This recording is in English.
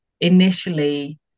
initially